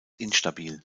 instabil